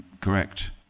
correct